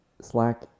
slack